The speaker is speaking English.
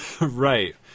Right